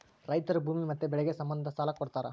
ರೈತರು ಭೂಮಿ ಮತ್ತೆ ಬೆಳೆಗೆ ಸಂಬಂಧ ಸಾಲ ಕೊಡ್ತಾರ